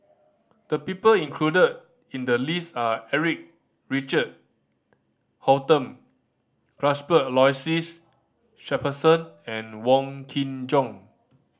the people included in the list are Eric Richard Holttum Cuthbert Aloysius Shepherdson and Wong Kin Jong